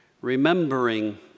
remembering